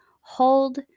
hold